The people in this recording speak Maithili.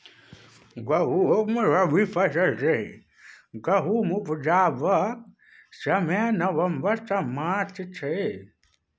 गहुँम रबी फसल छै आ गहुम उपजेबाक समय नबंबर सँ मार्च छै